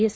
S